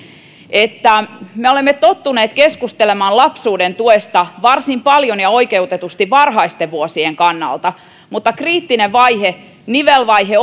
että me olemme tottuneet keskustelemaan lapsuuden tuesta varsin paljon ja oikeutetusti varhaisten vuosien kannalta mutta kriittinen vaihe nivelvaihe